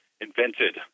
invented